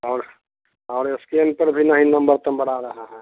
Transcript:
और और स्क्रीन पर भी नहीं नंबर तम्बर आ रहा है